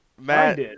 Matt